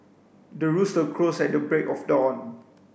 the rooster crows at the break of dawn